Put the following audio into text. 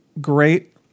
great